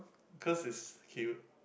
cause is cute